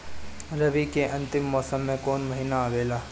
रवी के अंतिम मौसम में कौन महीना आवेला?